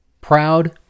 Proud